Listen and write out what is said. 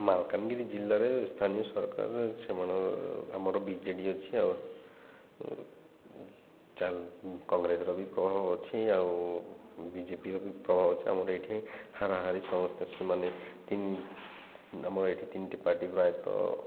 ମାଲକାନଗିରି ଜିଲ୍ଲାରେ ସ୍ଥାନୀୟ ସରକାର ସେମାନଙ୍କର ଆମର ବିଜେଡ଼ି ଅଛି ଆଉ କଂଗ୍ରେସର ବି ପ୍ରଭାବ ଅଛି ଆଉ ବିଜେପିର ବି ପ୍ରଭାବ ଅଛି ଆମର ଏଠି ହାରାହାରି ସମସ୍ତେ ସେମାନେ ତିନ୍ ଆମର ଏଠି ତିନିଟି ପାର୍ଟି ପ୍ରାୟତଃ